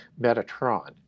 Metatron